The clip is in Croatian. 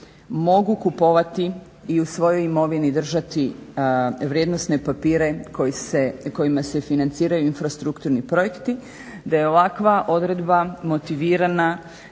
mogu kupovati i u svojoj imovini držati vrijednosne papire kojima se financiraju infrastrukturni projekti, da je ovakva odredba motivirana